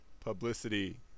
publicity